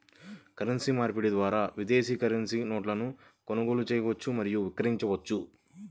currency మార్పిడి ద్వారా విదేశీ కరెన్సీ నోట్లను కొనుగోలు చేయవచ్చు మరియు విక్రయించవచ్చు